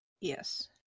Yes